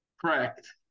correct